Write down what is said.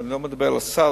ואני לא מדבר על הסל,